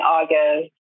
August